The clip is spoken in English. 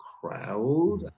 crowd